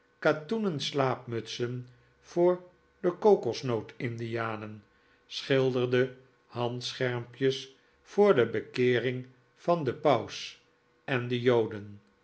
katoenen slaapmutsen voor de kokosnoot indianen schilderde handschermpjes voor de bekeering van den paus en de joden